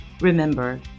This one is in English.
Remember